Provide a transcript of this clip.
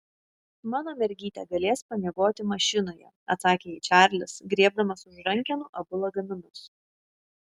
mano mergytė galės pamiegoti mašinoje atsakė jai čarlis griebdamas už rankenų abu lagaminus